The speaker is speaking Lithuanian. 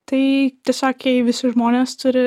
tai tiesiog jei visi žmonės turi